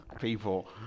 people